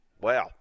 Wow